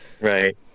Right